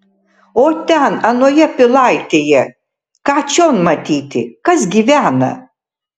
o ten anoje pilaitėje ką čion matyti kas gyvena